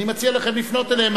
ואני מציע לכם לפנות אליה.